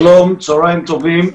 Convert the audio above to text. צהריים טובים.